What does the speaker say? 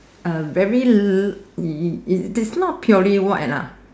uh very l~ it it it's not purely white lah